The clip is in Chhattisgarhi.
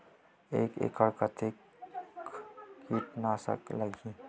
एक एकड़ कतेक किट नाशक लगही?